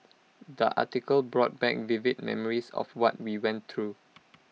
the article brought back vivid memories of what we went through